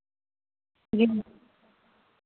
جی